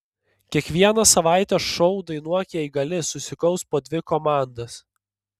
kiekvieną savaitę šou dainuok jei gali susikaus po dvi komandas